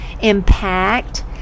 impact